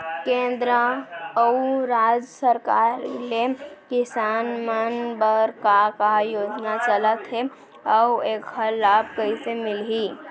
केंद्र अऊ राज्य सरकार ले किसान मन बर का का योजना चलत हे अऊ एखर लाभ कइसे मिलही?